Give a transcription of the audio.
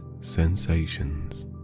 sensations